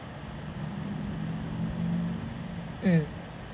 mm